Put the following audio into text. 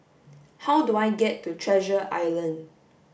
how do I get to Treasure Island